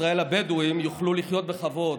ישראל הבדואים יוכלו לחיות בכבוד.